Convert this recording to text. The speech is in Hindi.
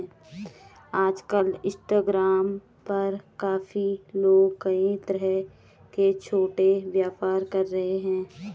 आजकल इंस्टाग्राम पर काफी लोग कई तरह के छोटे व्यापार कर रहे हैं